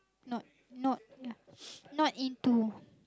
not not ya not into